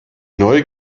neu